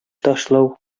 ташлау